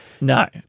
No